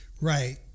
Right